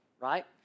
right